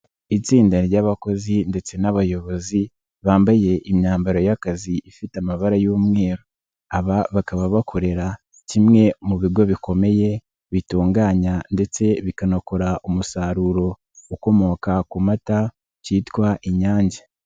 Itsinda ry'abakozi ndetse n'abayobozi bambaye imyambaro y'akazi ifite amabara y'umweru, bakaba bakorera kimwe mu bigo bikomeye bitunganya ndetse bikanakora umusaruro ukomoka ku mata cyitwa Inyange.